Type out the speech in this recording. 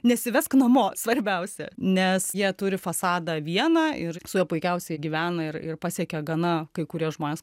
nesivesk namo svarbiausia nes jie turi fasadą vieną ir su juo puikiausiai gyvena ir ir pasiekia gana kai kurie žmonės